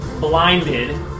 blinded